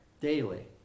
daily